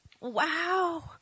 wow